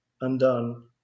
undone